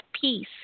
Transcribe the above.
peace